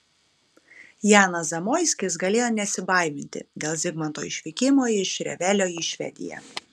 janas zamoiskis galėjo nesibaiminti dėl zigmanto išvykimo iš revelio į švediją